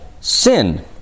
sin